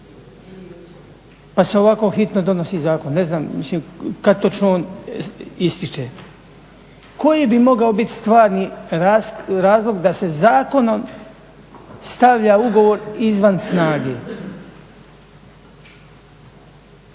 pa se ovako hitno donosi zakon. Ne znam, mislim kad točno on istječe. Koji bi mogao biti stvarni razlog da se zakonom stavlja ugovor izvan snage?